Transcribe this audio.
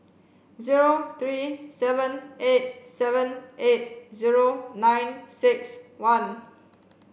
zero three seven eight seven eight zero nine six one